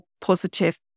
positive